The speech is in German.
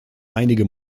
einige